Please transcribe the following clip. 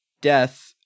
death